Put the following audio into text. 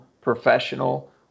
professional